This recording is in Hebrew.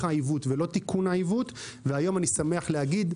העיוות ולא תיקון העיוות והיום אני שמח להגיד,